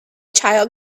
child